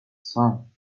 some